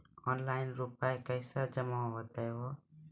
Online रुपये कैसे जमा होता हैं?